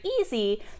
easy